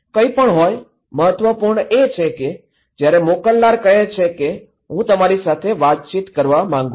કંઈપણ હોય મહત્વપૂર્ણ એ છે કે જ્યારે મોકલનાર કહે કે હું તમારી સાથે વાતચીત કરવા માંગું છું